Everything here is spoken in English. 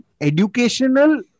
educational